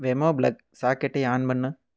வெமோ plug சாக்கெட்டை on பண்ணு